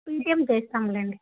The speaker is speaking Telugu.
ఇంకేం చేస్తాం లేండి